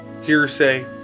hearsay